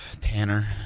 Tanner